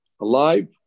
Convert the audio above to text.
alive